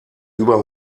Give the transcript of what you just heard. über